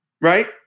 Right